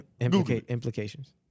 Implications